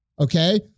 okay